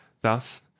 thus